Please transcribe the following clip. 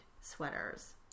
sweaters